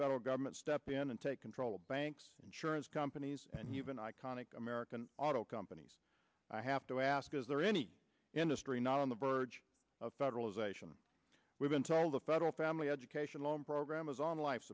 federal government step in and take control of banks insurance companies and even iconic american auto companies i have to ask is there any industry not on the verge of federalization we've been told the federal family education loan program is on life